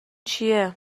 چیه